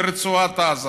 לרצועת עזה.